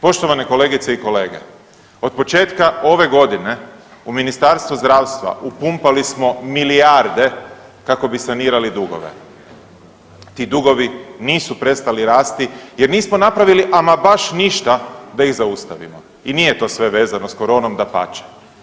Poštovane kolegice i kolege, od početka ove godine u Ministarstvo zdravstva upumpali smo milijarde kako bi sanirali dugove, ti dugovi nisu prestali rasti jer nismo napravili ama baš ništa da ih zaustavimo i nije to sve vezano s koronom, dapače.